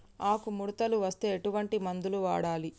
ఆకులు ముడతలు వస్తే ఎటువంటి మందులు వాడాలి?